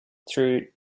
through